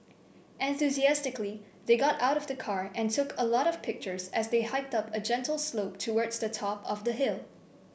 enthusiastically they got out of the car and took a lot of pictures as they hiked up a gentle slope towards the top of the hill